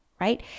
right